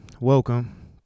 Welcome